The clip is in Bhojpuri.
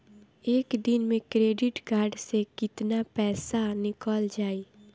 एक दिन मे क्रेडिट कार्ड से कितना पैसा निकल जाई?